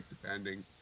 depending